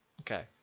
Okay